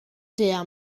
der